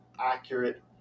accurate